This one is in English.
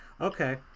Okay